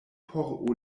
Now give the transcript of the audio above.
por